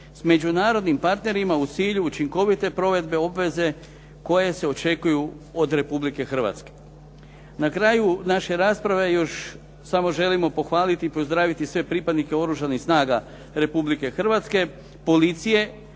s međunarodnim partnerima u cilju učinkovite provedbe obveze koje se očekuju od Republike Hrvatske. Na kraju naše rasprave još samo želimo pohvaliti i pozdraviti sve pripadnike Oružanih snaga Republike Hrvatske, policije,